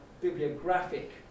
bibliographic